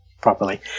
properly